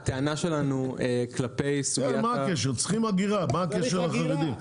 צריכים אגירה, מה הקשר לחרדים?